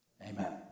Amen